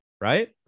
Right